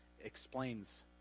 explains